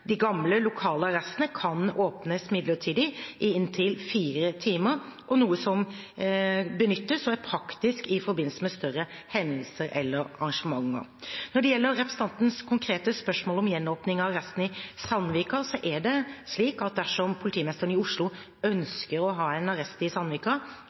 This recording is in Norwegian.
De gamle, lokale arrestene kan åpnes midlertidig i inntil fire timer – noe som benyttes og er praktisk i forbindelse med større hendelser eller arrangementer. Når det gjelder representantens konkrete spørsmål om gjenåpning av arresten i Sandvika, er det slik at dersom politimesteren i Oslo ønsker å ha en arrest i Sandvika,